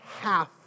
half